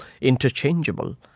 interchangeable